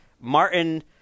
Martin